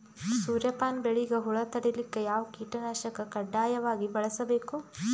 ಸೂರ್ಯಪಾನ ಬೆಳಿಗ ಹುಳ ತಡಿಲಿಕ ಯಾವ ಕೀಟನಾಶಕ ಕಡ್ಡಾಯವಾಗಿ ಬಳಸಬೇಕು?